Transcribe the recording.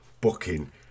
booking